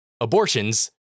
abortions